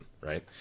right